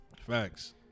Facts